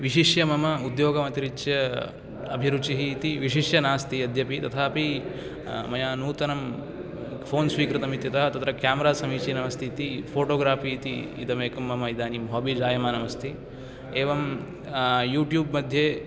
विशिष्य मम उद्योगमतिरित्य अभिरुचिः इति विशिष्य नास्ति यद्यपि तथापि मया नूतनं फोन् स्वीकृतं इत्यतः तत्र केमेरा समीचिनमस्ति इति फोटोग्राफी इति इदमेकं मम इदानीं हाबी जायमानमस्ति एवं यूट्यूब् मध्ये